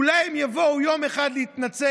אולי הם יבואו יום אחד להתנצל,